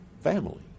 family